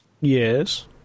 Yes